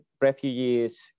refugees